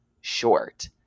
short